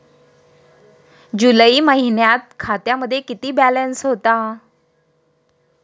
जुलै महिन्यात खात्यामध्ये किती बॅलन्स होता?